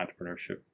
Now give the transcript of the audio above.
entrepreneurship